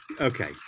Okay